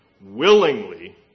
willingly